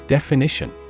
Definition